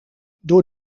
door